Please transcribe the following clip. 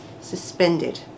suspended